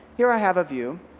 here i have a view,